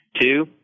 Two